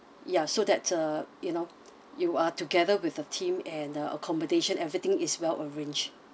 ya so that uh you know you are together with the team and the accommodation everything is well arranged